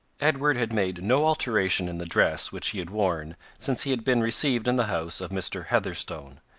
edward had made no alteration in the dress which he had worn since he had been received in the house of mr. heatherstone.